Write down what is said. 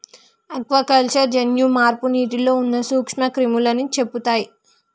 aquaculture జన్యు మార్పు నీటిలో ఉన్న నూక్ష్మ క్రిములని చెపుతయ్